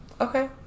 Okay